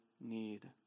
need